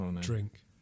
drink